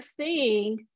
seeing